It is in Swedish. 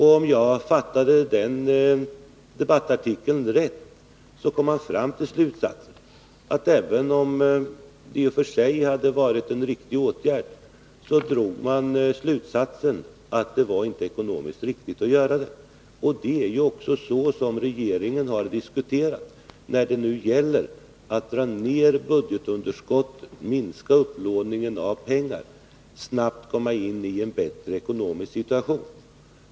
Om jag förstod debattartikeln rätt, så drog man slutsatsen att det i och för sig hade varit en riktig åtgärd, men att det inte var ekonomiskt möjligt att vidta den. Det är också så som regeringen har diskuterat när det nu gäller att dra ner budgetunderskottet, minska upplåningen av pengar och snabbt komma in i en bätte ekonomisk situation.